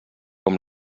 com